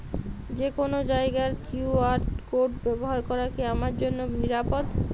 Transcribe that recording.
যে কোনো জায়গার কিউ.আর কোড ব্যবহার করা কি আমার জন্য নিরাপদ?